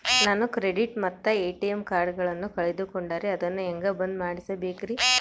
ನಾನು ಕ್ರೆಡಿಟ್ ಮತ್ತ ಎ.ಟಿ.ಎಂ ಕಾರ್ಡಗಳನ್ನು ಕಳಕೊಂಡರೆ ಅದನ್ನು ಹೆಂಗೆ ಬಂದ್ ಮಾಡಿಸಬೇಕ್ರಿ?